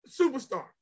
superstar